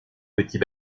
petit